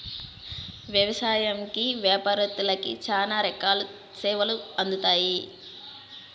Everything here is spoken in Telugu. వ్యవసాయంకి యాపారత్తులకి శ్యానా రకాల సేవలు అందుతాయి